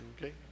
Okay